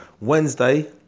Wednesday